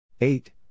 Eight